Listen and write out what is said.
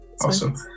awesome